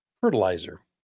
fertilizer